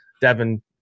Devin